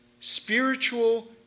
spiritual